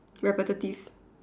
repetitive